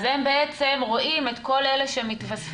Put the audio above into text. אז הם בעצם רואים את כל אלה שמתווספים,